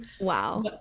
wow